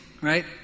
right